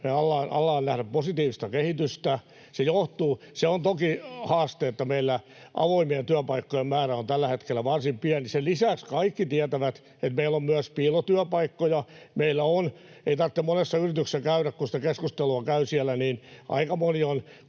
me aletaan nähdä positiivista kehitystä. Se on toki haaste, että meillä avoimien työpaikkojen määrä on tällä hetkellä varsin pieni. Sen lisäksi kaikki tietävät, että meillä on myös piilotyöpaikkoja. Ei tarvitse monessa yrityksessä käydä, kun sitä keskustelua käy siellä, niin aika moni on